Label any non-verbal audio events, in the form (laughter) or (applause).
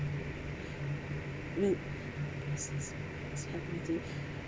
mm (noise)